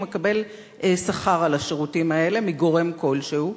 הוא מקבל שכר על השירותים האלה מגורם כלשהו,